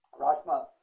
Rashma